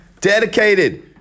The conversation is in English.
dedicated